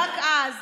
רק אז,